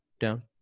down